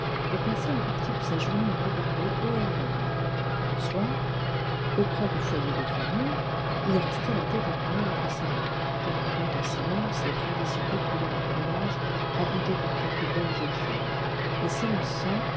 et passait une partie de sa journée à regarder et à rêver le soir auprès du foyer de famille il restait la tête appuyée sur ses mains écoutant en silence les traditions populaires du village racontées par quelque bonne vieille femme et s'élançant